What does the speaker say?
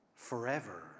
forever